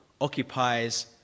occupies